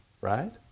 right